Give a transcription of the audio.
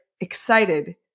excited